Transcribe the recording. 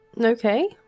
okay